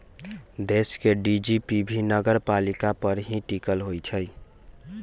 देश के जी.डी.पी भी नगरपालिका पर ही टिकल होई छई